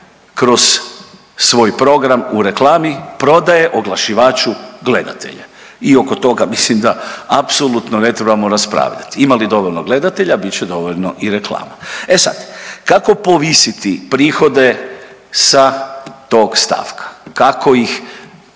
kroz svoj program u reklami? Prodaje oglašivaču gledatelje i oko toga mislim da apsolutno ne trebamo raspravljati. Ima li dovoljno gledatelja bit će dovoljno i reklama. E sad kako povisiti prihode sa tog stavka, kako ih